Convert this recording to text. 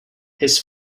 his